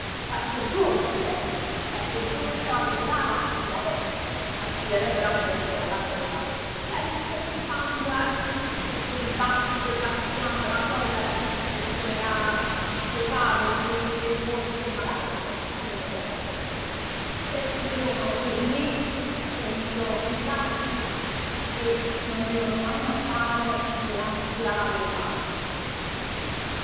Qualche dolce, qualche dolce napoletano, 'a sfugliatell. 'A sfugliatell però a me m' piace chellallà frolla, chella riccia nun tanto, anche se c'è questo dibattito tra chi ama la frolla, la riccia. Diceno ca s' sap chi è buon e chi è malament, a me m' piace 'a frolla. Questi sono per me penso i piatti che non devono mai mancare nella cultura napoletana.